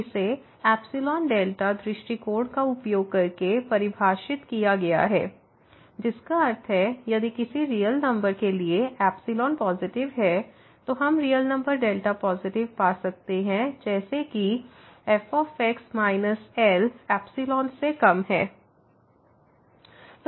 इसे epsilon delta दृष्टिकोण का उपयोग करके परिभाषित किया गया है जिसका अर्थ है यदि किसी रियल नंबर के लिए एप्सिलॉन पॉसिटिव है तो हम रियल नंबर डेल्टा पॉसिटिव पा सकते हैं जैसे कि f माइनस Lएप्सिलॉन से कम है